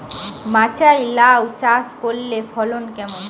মাচায় লাউ চাষ করলে ফলন কেমন?